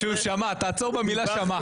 שהוא שמע תעצור במילה שמע.